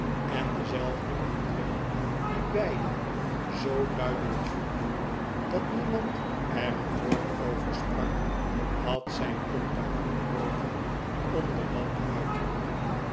en dezelfde indruk dien beiden zoo duidelijk voelden dat niemand er een woord over sprak had zijn compagnon bewogen om de lamp uit te doen